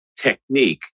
technique